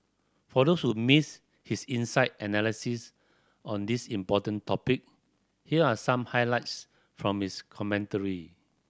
for those who missed his insight analysis on this important topic here are some highlights from his commentary